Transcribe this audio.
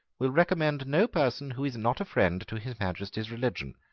will recommend no person who is not a friend to his majesty's religion.